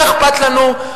מה אכפת לנו?